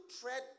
tread